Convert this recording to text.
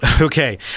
Okay